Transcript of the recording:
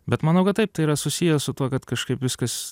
bet manau kad taip tai yra susiję su tuo kad kažkaip viskas